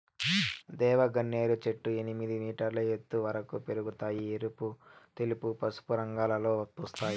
దేవగన్నేరు చెట్లు ఎనిమిది మీటర్ల ఎత్తు వరకు పెరగుతాయి, ఎరుపు, తెలుపు, పసుపు రంగులలో పూస్తాయి